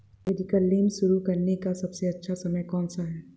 Mediclaim शुरू करने का सबसे अच्छा समय कौनसा है?